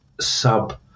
sub